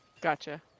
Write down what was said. Gotcha